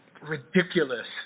ridiculous